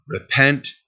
repent